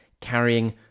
carrying